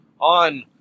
on